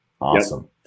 Awesome